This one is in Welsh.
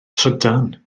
trydan